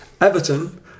Everton